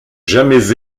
jamais